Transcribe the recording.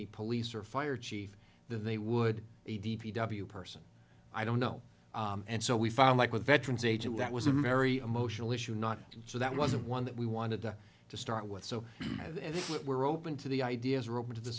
the police or fire chief than they would a d p w person i don't know and so we found like with veterans agent that was a very emotional issue not so that wasn't one that we wanted to start with so as if we're open to the ideas are open to the